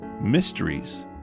mysteries